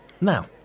Now